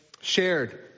shared